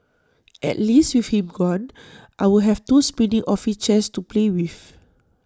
at least with him gone I'll have two spinning office chairs to play with